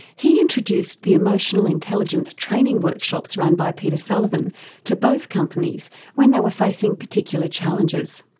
he introduced the emotional intelligence training workshops run by peter sullivan to both companies when they were facing particular challenges.